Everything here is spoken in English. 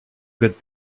good